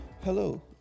Hello